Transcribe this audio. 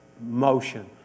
motion